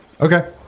Okay